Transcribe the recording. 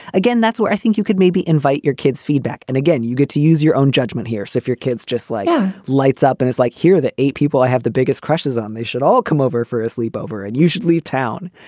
again, that's what i think you could maybe invite your kids feedback. and again, you get to use your own judgment here. so if your kids just like lights up and it's like here, the eight people i have the biggest crushes on, they should all come over for a sleepover and usually leave town.